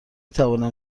توانم